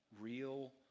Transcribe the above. real